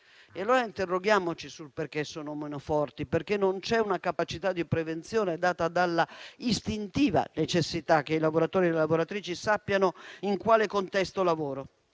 Interroghiamoci sul perché sono meno forti, perché non c'è una capacità di prevenzione data dall'istintiva necessità che i lavoratori e le lavoratrici sappiano in quale contesto lavorano.